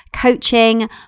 coaching